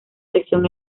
sección